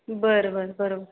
बरं बरं बरं बरं